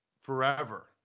forever